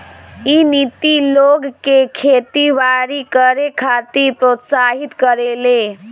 इ नीति लोग के खेती बारी करे खातिर प्रोत्साहित करेले